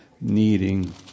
needing